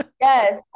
Yes